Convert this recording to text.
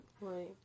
Right